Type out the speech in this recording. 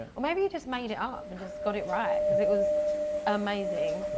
or maybe he just made it up and just got it right cause it was amazing.